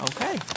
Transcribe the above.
Okay